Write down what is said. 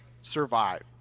survive